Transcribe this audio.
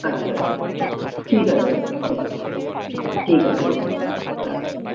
আচ্ছা আচ্ছা আচ্ছা ঠিক আছে দাদা ওকে ঠিক আছে ওকে রাখছি হ্যাঁ